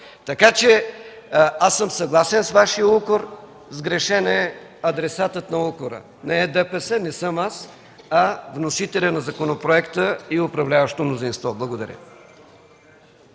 Аз съм съгласен с Вашия укор. Сгрешен е адресатът на укора – не е ДПС, не съм аз, а вносителят на законопроекта и управляващото мнозинство. Благодаря.